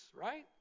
right